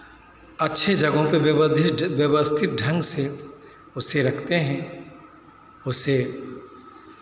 अच्छी जगहों पर व्यवस्थित ढंग से उसे रखते हैं उसे